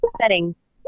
Settings